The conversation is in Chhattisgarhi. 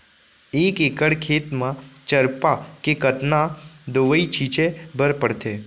एक एकड़ खेत म चरपा के कतना दवई छिंचे बर पड़थे?